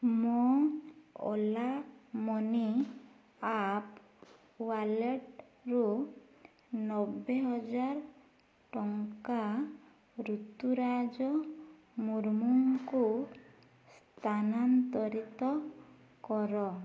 ମୋ Ola money app ୱାଲେଟ୍ରୁ ନବେ ହଜାର ଟଙ୍କା ରୁତୁରାଜ ମୁର୍ମୁଙ୍କୁ ସ୍ଥାନାନ୍ତରିତ କର